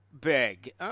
big